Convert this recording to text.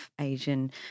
Asian